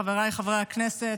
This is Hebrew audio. חבריי חברי הכנסת,